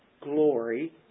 glory